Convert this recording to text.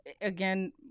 again